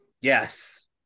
Yes